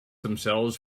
themselves